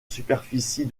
superficie